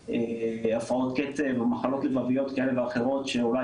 הפרעות קצב או מחלות לבביות כאלה ואחרות שאולי